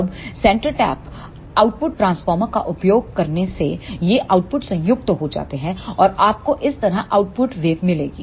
अब centre tap output transformer का उपयोग करने से ये आउटपुट संयुक्त हो जाते हैं और आपको इस तरह आउटपुट वेब मिलेगी